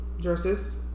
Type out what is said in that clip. dresses